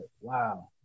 wow